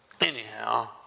Anyhow